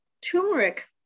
turmeric